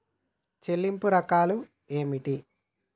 చెల్లింపు రకాలు ఏమిటి?